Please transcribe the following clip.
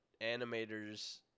animators